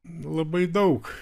labai daug